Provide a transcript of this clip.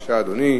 אדוני,